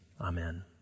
Amen